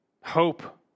hope